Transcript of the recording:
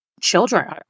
children